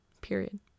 period